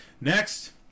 Next